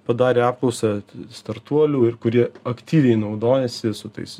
padarė apklausą startuolių ir kurie aktyviai naudojasi su tais